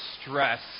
stress